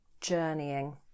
journeying